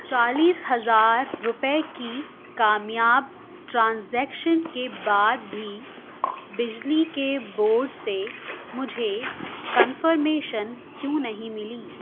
چالیس ہزار روپئے کی کامیاب ٹرانزیکشن کے بعد بھی بجلی کے بورڈ سے مجھے کنفرمیشن کیوں نہیں ملی